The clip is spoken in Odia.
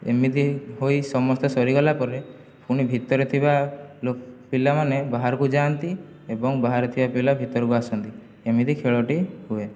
ଏମିତି ହୋଇ ସମସ୍ତେ ସରିଗଲା ପରେ ପୁଣି ଭିତରେ ଥିବା ଲୋ ପିଲାମାନେ ବାହାରକୁ ଯାଆନ୍ତି ଏବଂ ବାହାରେ ଥିବା ପିଲା ଭିତରକୁ ଆସନ୍ତି ଏମିତି ଖେଳଟି ହୁଏ